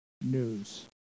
news